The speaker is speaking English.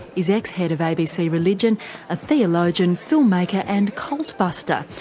is ex-head of abc religion a theologian, film-maker and cult buster.